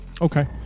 Okay